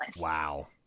Wow